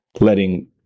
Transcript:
letting